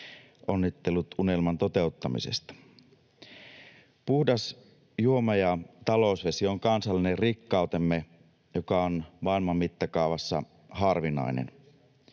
Onnittelut unelman toteuttamisesta. Puhdas juoma- ja talousvesi on kansallinen rikkautemme, joka on maailman mittakaavassa harvinainen.